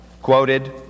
Quoted